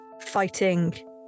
fighting